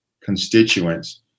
constituents